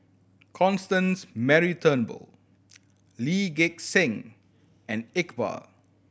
Constance Mary Turnbull Lee Gek Seng and Iqbal